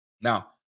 now